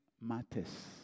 matters